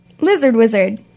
Lizard-wizard